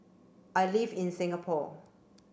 I live in Singapore